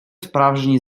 справжній